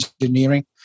engineering